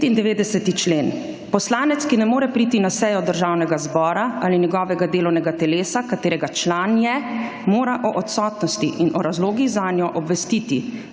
95. člen. Poslanec, ki ne more priti na sejo Državnega zbora ali njegovega delovnega telesa katerega član je, mora o odsotnosti in o razlogih zanjo obvestiti